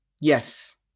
Yes